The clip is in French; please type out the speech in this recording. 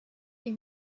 les